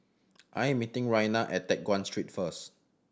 I am meeting Rayna at Teck Guan Street first